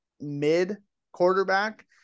mid-quarterback